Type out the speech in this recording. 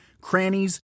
crannies